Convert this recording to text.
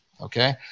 okay